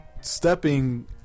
stepping